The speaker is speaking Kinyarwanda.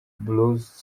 blues